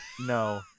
No